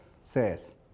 says